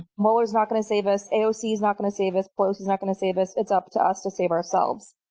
mueller is not going to save us. aoc is not going to save us. pelosi is not going to save us. it's up to us to save ourselves.